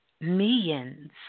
millions